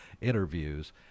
interviews